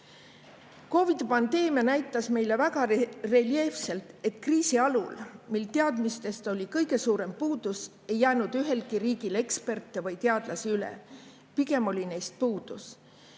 COVID‑i pandeemia näitas meile väga reljeefselt, et kriisi alul, mil teadmistest oli kõige suurem puudus, ei olnud ühelgi riigil eksperte või teadlasi üle. Pigem oli neist puudus.